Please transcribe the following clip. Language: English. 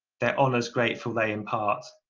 their honours grateful they impart.